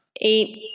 eight